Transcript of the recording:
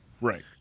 Right